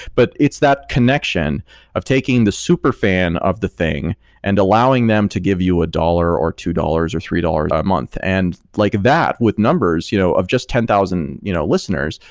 but it's that connection of taking the super fan of the thing and allowing them to give you a dollar, or two dollars, or three dollars a month and like that, with numbers you know of just ten thousand you know listeners,